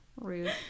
Rude